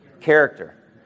Character